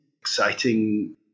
exciting